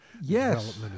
Yes